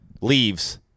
leaves